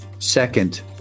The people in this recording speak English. second